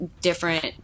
different